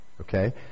okay